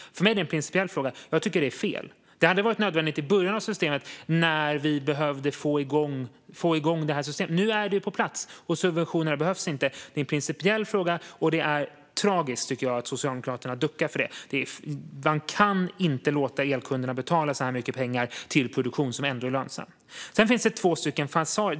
För mig är det en principiell fråga, och jag tycker att det är fel. Det hade varit nödvändigt i början, när vi behövde få igång systemet. Nu är det ju på plats, och subventionerna behövs inte. Det är en principiell fråga, och jag tycker att det är tragiskt att Socialdemokraterna duckar för det. Man kan inte låta elkunderna betala så här mycket pengar till produktion som ändå är lönsam. Sedan finns det alltså två falsarier.